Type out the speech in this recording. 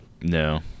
No